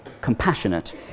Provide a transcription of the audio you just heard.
compassionate